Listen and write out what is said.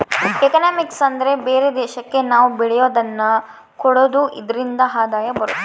economics ಅಂದ್ರೆ ಬೇರೆ ದೇಶಕ್ಕೆ ನಾವ್ ಬೆಳೆಯೋದನ್ನ ಕೊಡೋದು ಇದ್ರಿಂದ ಆದಾಯ ಬರುತ್ತೆ